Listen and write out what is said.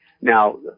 Now